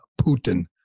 Putin